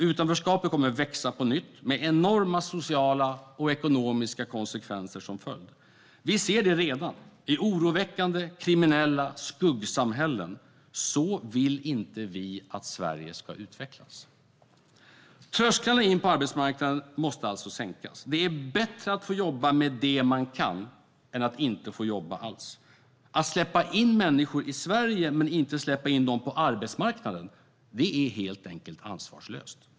Utanförskapet kommer att växa på nytt med enorma sociala och ekonomiska konsekvenser som följd. Vi ser det redan i oroväckande kriminella skuggsamhällen. Så vill inte vi att Sverige ska utvecklas. Trösklarna in på arbetsmarknaden måste alltså sänkas. Det är bättre att få jobba med det man kan än att inte få jobba alls. Att släppa in människor i Sverige men inte släppa in dem på arbetsmarknaden är helt enkelt ansvarslöst.